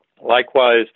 Likewise